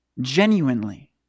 genuinely